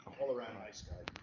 all-around nice guy.